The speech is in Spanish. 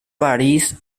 parís